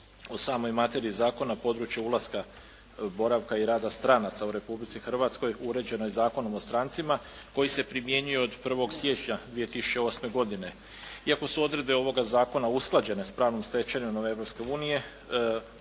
o samoj materiji zakona o području ulaska, boravka i rada stranaca u Republici Hrvatskoj uređeno je Zakonom o strancima koji se primjenjuje od 1. siječnja 2008. godine. Iako su odredbe ovoga zakona usklađene s pravnom stečevinom Europske unije